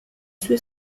sue